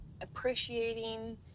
appreciating